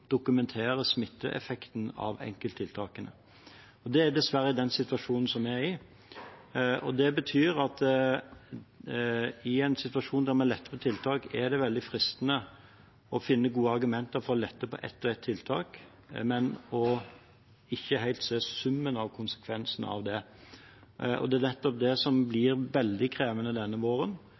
dokumentere smitteeffekten av enkelttiltakene. Det er dessverre den situasjonen vi er i. Det betyr at i en situasjon der vi letter på tiltak, er det veldig fristende å finne gode argumenter for å lette på ett og ett tiltak, men hvor man ikke helt ser summen av konsekvensene av det. Det som blir veldig krevende denne våren,